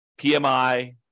PMI